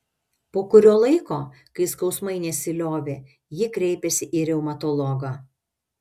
po kurio laiko kai skausmai nesiliovė ji kreipėsi į reumatologą